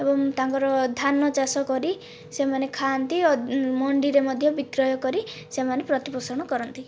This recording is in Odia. ଏବଂ ତାଙ୍କର ଧାନ ଚାଷ କରି ସେମାନେ ଖାଆନ୍ତି ମଣ୍ଡିରେ ମଧ୍ୟ ବିକ୍ରୟ କରି ସେମାନେ ପ୍ରତିପୋଷଣ କରନ୍ତି